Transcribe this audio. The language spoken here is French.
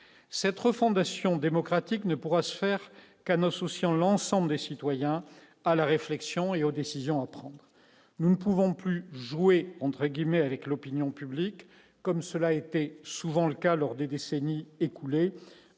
cette refondation démocratique ne pourra se faire qu'à nos souciant l'ensemble des citoyens à la réflexion et aux décisions à prendre, nous ne pouvons plus jouer entre guillemets avec l'opinion publique, comme cela était souvent le cas lors des décennies écoulées